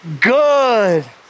good